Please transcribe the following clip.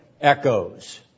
echoes